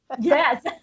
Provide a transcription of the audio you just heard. yes